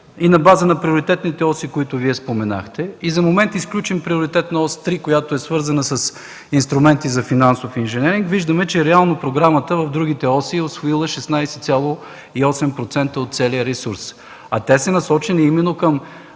и на базата на приоритетните оси, които Вие споменахте, и за момент изключим приоритетна ос 3, свързана с инструменти за финансов инженеринг, виждаме, че реално програмата от другите оси е усвоила 16,8% от целия ресурс. А те са насочени именно към